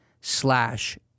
slash